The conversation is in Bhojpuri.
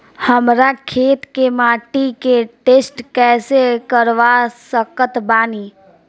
हमरा खेत के माटी के टेस्ट कैसे करवा सकत बानी?